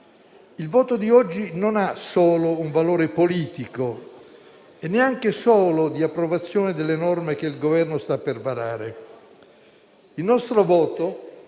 Il voto di oggi non ha solo un valore politico e neanche solo di approvazione delle norme che il Governo sta per varare. Il nostro voto